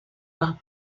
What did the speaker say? par